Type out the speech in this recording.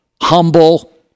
humble